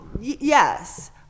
Yes